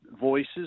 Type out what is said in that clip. voices